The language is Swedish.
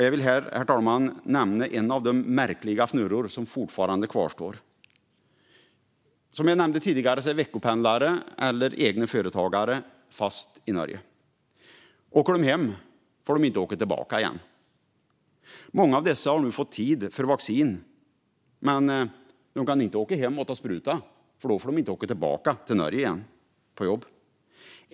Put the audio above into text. Jag vill här, herr talman, nämna en av de märkliga fnurror som fortfarande kvarstår. Som jag nämnde tidigare är veckopendlare eller egna företagare fast i Norge. Åker de hem får de inte åka tillbaka igen. Många av dessa har nu fått tid för vaccination, men de kan inte åka hem och ta sprutan, för då får de inte åka tillbaka till Norge på jobb igen.